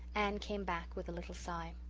anne came back with a little sigh.